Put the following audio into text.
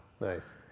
nice